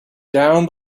down